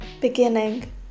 Beginning